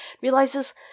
Realizes